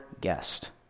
guest